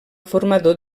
formador